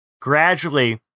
gradually